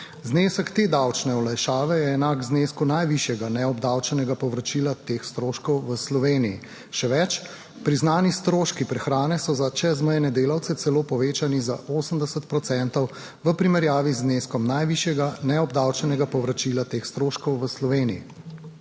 Znesek te davčne olajšave je enak znesku najvišjega neobdavčenega povračila teh stroškov v Sloveniji. Še več. Priznani stroški prehrane so za čezmejne delavce celo povečani za 80 procentov v primerjavi z zneskom najvišjega neobdavčenega povračila teh stroškov v Sloveniji.